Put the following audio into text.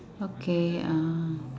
okay uh